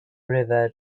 river